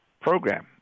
program